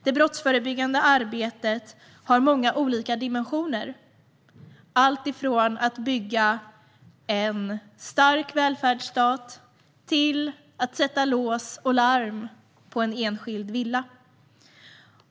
Det brottsförebyggande arbetet har många olika dimensioner, alltifrån att bygga en stark välfärdsstat till att sätta lås och larm på en enskild villa.